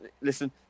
listen